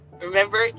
Remember